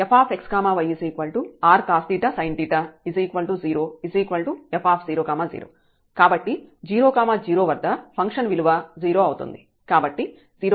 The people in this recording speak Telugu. fxy r cos sin 0f00 కాబట్టి 0 0 వద్ద ఫంక్షన్ విలువ 0 అవుతుంది